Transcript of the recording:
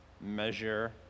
measure